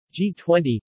G20